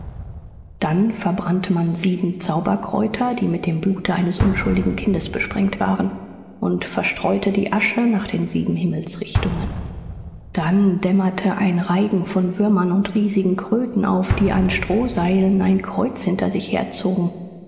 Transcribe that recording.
dann verbrannte man sieben zauberkräuter die mit dem blute eines unschuldigen kindes besprengt waren und verstreute die asche nach den sieben himmelsrichtungen dann dämmerte ein reigen von würmern und riesigen kröten auf die an strohseilen ein kreuz hinter sich herzogen